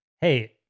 hey